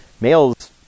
males